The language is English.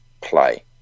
play